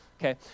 Okay